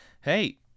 hey